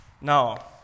Now